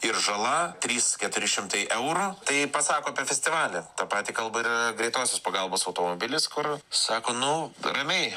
ir žala trys keturi šimtai eurų tai pasako apie festivalį tą patį kalba ir greitosios pagalbos automobilis kur sako nu ramiai